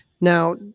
Now